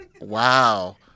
Wow